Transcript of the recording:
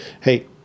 Hey